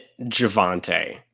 Javante